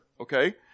Okay